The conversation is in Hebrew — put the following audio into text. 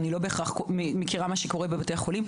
לא בהכרח את מה שקורה בקופות החולים.